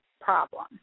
problem